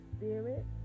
Spirit